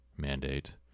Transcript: mandate